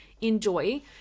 enjoy